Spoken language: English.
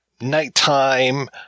nighttime